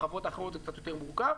החוות האחרות זה קצת יותר מורכב.